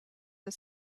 the